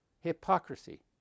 Hypocrisy